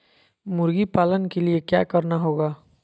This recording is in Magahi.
मुर्गी पालन के लिए क्या करना होगा?